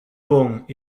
ponts